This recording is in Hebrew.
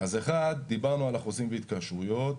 דיברנו על חוזים והתקשרויות,